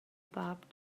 bab